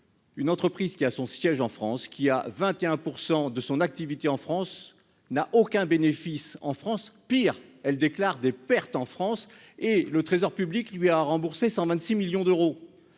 une entreprise qui a son siège en France, qui a 21 % de son activité en France n'a aucun bénéfice en France, pire elle déclare des pertes en France et le Trésor Public lui a remboursé 126 millions d'euros,